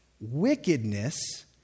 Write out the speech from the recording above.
wickedness